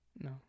no